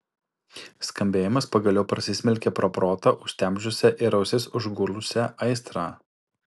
skambėjimas pagaliau prasismelkė pro protą užtemdžiusią ir ausis užgulusią aistrą